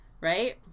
right